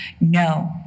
No